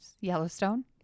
Yellowstone